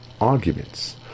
arguments